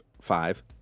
five